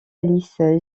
alice